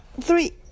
three